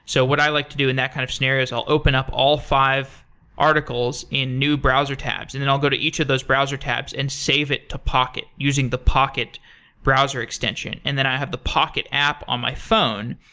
so what i like to do in that kind of scenario is i'll open up all five articles in new browser tabs and then i'll go to each of those browser tabs and save it to pocket using the pocket browser extension, and then i'll have the pocket app on my phone.